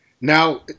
Now